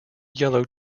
yellow